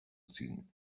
ziehen